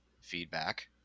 feedback